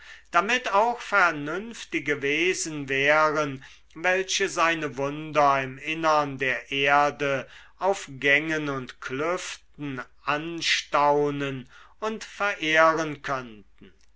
damit auch vernünftige wesen wären welche seine wunder im innern der erde auf gängen und klüften anstaunen und verehren